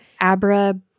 Abra